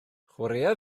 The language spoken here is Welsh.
chwaraea